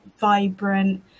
vibrant